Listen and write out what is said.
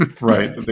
Right